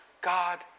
God